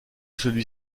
celui